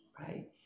right